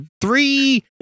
three